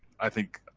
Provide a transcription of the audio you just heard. i think,